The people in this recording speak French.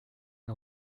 une